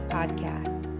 Podcast